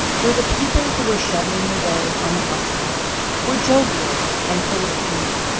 for the people who were shovelling away on the housetops were jovial and full of glee,